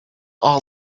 all